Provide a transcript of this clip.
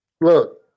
look